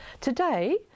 Today